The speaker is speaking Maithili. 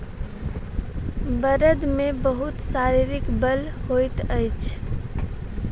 बड़द मे बहुत शारीरिक बल होइत अछि